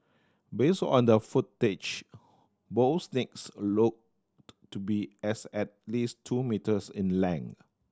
based on the footage both looked to be as at least two metres in length